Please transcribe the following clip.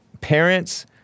parents